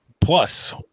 Plus